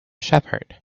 shepherd